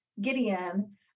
Gideon